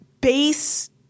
base